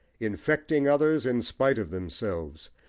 infecting others in spite of themselves,